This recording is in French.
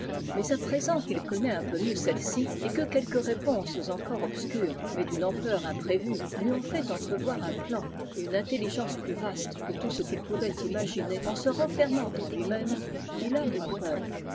mais à présent qu'il connaît un peu mieux celle-ci et que quelques réponses encore obscures mais d'une ampleur imprévue lui ont fait entrevoir un plan et une intelligence plus vastes que tout ce qu'il pouvait imaginer en se renfermant en lui-même il a moins peur